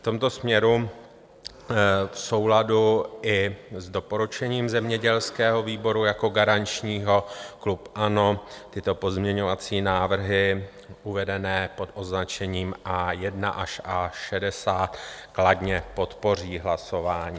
V tomto směru v souladu i s doporučením zemědělského výboru jako garančního klub ANO tyto pozměňovací návrhy uvedené pod označením A1 až A60 kladně podpoří hlasováním.